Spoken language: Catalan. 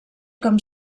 com